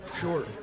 Sure